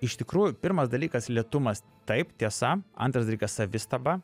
iš tikrųjų pirmas dalykas lėtumas taip tiesa antras dalykas savistaba